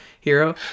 hero